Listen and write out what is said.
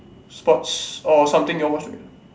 sports or something you all watch together